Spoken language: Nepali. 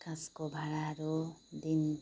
काँसको भाँडाहरू दिन्